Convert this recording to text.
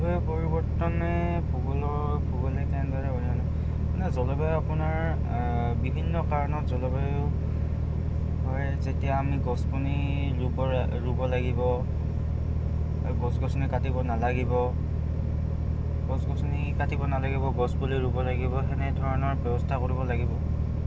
পৰিৱৰ্তনে ভূগোলৰ ভূগোলে তেনেদৰে মানে জলবায়ু আপোনাৰ বিভিন্ন কাৰণত জলবায়ু হয় যেতিয়া আমি ৰুব ৰুব লাগিব গছ গছনি কাটিব নালাগিব গছ গছনি কাটিব নালাগিব গছ পুলি ৰুব লাগিব সেনেধৰণৰ ব্যৱস্থা কৰিব লাগিব